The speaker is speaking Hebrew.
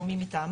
או מי מטעמו,